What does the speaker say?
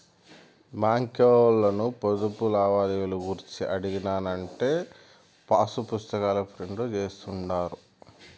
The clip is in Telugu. బాంకీ ఓల్లను పొదుపు లావాదేవీలు గూర్చి అడిగినానంటే పాసుపుస్తాకాల ప్రింట్ జేస్తుండారు